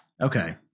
okay